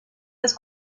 has